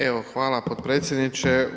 Evo hvala potpredsjedniče.